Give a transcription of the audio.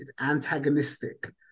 antagonistic